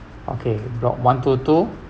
okay block one two two